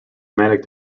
manic